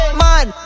man